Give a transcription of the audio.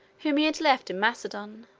whom he had left in macedon.